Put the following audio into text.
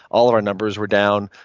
all of our numbers were down.